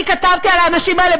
אני כתבתי על האנשים האלה,